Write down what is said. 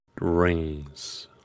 rings